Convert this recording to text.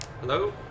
Hello